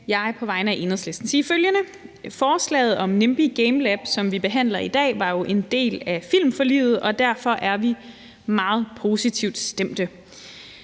jeg skal på vegne af Enhedslisten sige følgende. Forslaget om Nimbi Gamelab, som vi behandler i dag, var jo en del af filmforliget, og derfor er vi meget positivt stemte.